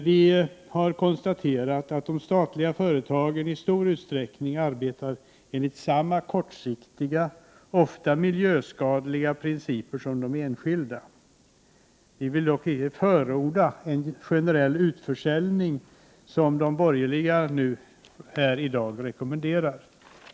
Vi har konstaterat att de statliga företagen i stor utsträckning arbetar enligt samma kortsiktiga, ofta miljöskadliga, principer som de enskilda. Vi vill dock inte förorda en generell utförsäljning, som de borgerliga här i dag rekommenderar.